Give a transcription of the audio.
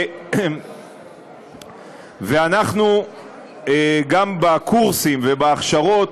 גם בקורסים ובהכשרות